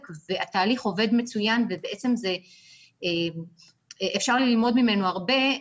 והתהליך עובד מצוין ובעצם זה אפשר ללמוד ממנו הרבה.